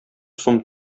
сум